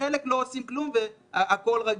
וחלק לא עושים כלום והכול רגיל.